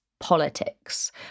Politics